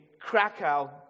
Krakow